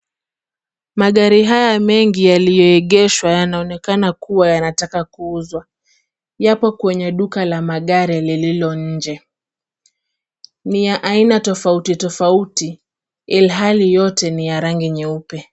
Magari haya mengi yaliyoegeshwa yanaonekana kuwa yanataka kuuzwa. Yapo kwenye duka la magari lililo nje. Ni ya aina tofauti tofauti ilhali yote ni ya rangi nyeupe.